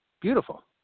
beautiful